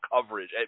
coverage